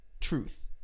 truth